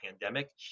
pandemic